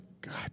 God